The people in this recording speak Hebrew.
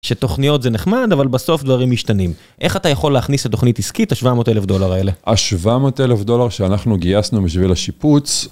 שתוכניות זה נחמד, אבל בסוף דברים משתנים. איך אתה יכול להכניס לתוכנית עסקית את ה-700,000 דולר האלה? ה-700,000 דולר שאנחנו גייסנו בשביל השיפוץ.